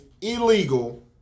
illegal